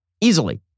Easily